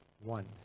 one